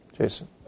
Jason